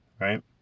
right